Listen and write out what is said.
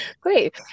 Great